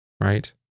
right